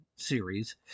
series